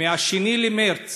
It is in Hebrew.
ב-2 במרס